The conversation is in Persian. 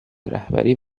رهبری